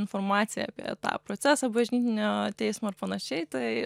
informaciją apie tą procesą bažnytinio teismo ir panašiai tai